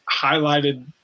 highlighted